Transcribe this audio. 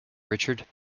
richard